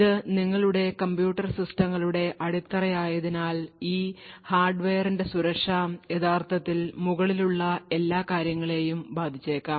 ഇത് നിങ്ങളുടെ കമ്പ്യൂട്ടർ സിസ്റ്റങ്ങളുടെ അടിത്തറയായതിനാൽ ഈ ഹാർഡ്വെയറിന്റെ സുരക്ഷ യഥാർത്ഥത്തിൽ മുകളിലുള്ള എല്ലാ കാര്യങ്ങളെയും ബാധിച്ചേക്കാം